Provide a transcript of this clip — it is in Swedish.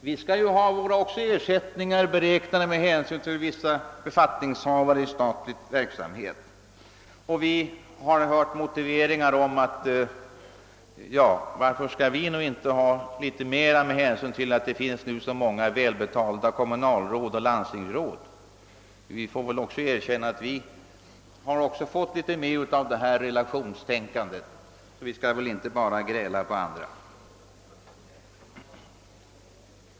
Vi skall ju ha våra ersättningar beräknade med hänsyn till vissa befattningshavare i statlig verksamhet. Vi har hört motiveringar och funderingar av det här slaget: Varför skall nu inte vi ha litet mera betalt med hänsyn till att det finns så många välbetalda kommunalråd och landstingsråd? — Vi får väl erkänna att också vi fått litet med av detta relationstänkande, och vi skall inte bara gräla på andra.